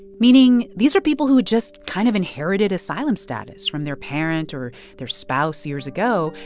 meaning these are people who had just kind of inherited asylum status from their parent or their spouse years ago,